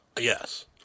Yes